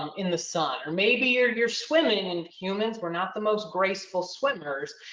um in the sun. or maybe you're you're swimming and humans we're not the most graceful swimmers.